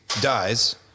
dies